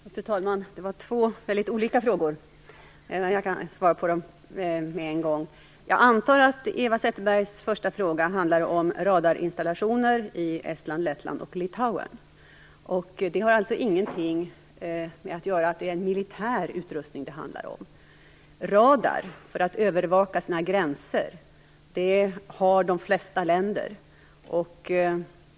Fru talman! Det var två mycket olika frågor. Men jag kan ändå svara på dem med en gång. Jag antar att Eva Zetterbergs första fråga handlar om radarinstallationer i Estland, Lettland och Litauen. De har ingenting att göra med att det är en militär utrustning det handlar om. Radar för att övervaka sina gränser har de flesta länder.